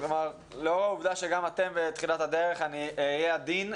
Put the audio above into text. לאור העובדה שגם אתם בתחילת אהיה עדין,